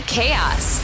Chaos